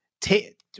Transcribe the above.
take